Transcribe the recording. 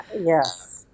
Yes